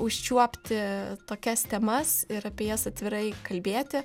užčiuopti tokias temas ir apie jas atvirai kalbėti